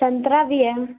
संतरा भी है